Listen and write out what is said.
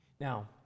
Now